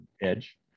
edge